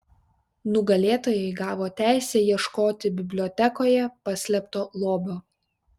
nugalėtojai gavo teisę ieškoti bibliotekoje paslėpto lobio